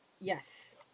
Yes